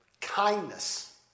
Kindness